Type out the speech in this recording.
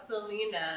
Selena